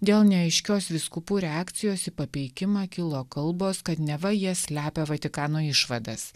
dėl neaiškios vyskupų reakcijos į papeikimą kilo kalbos kad neva jie slepia vatikano išvadas